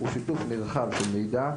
היא שיתוף נרחב של מידע,